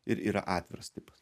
ir yra atviras tipas